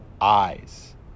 eyes